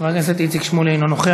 חבר הכנסת איציק שמולי, אינו נוכח.